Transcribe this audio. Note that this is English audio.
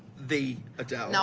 the adele.